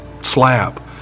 slab